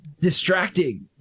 distracting